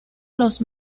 los